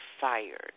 fired